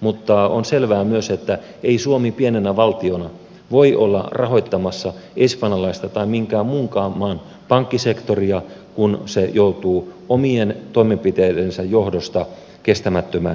mutta on selvää myös että ei suomi pienenä valtiona voi olla rahoittamassa pispalalaista tai minkään muunkaan maan pankkisektoria kun se joutuu omien toimenpiteidensä johdosta kestämättömän